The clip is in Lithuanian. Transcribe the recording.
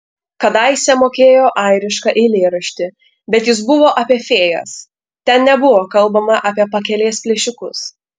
kadaise mokėjo airišką eilėraštį bet jis buvo apie fėjas ten nebuvo kalbama apie pakelės plėšikus